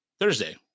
Thursday